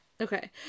okay